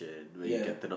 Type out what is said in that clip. ya